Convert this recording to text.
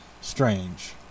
strange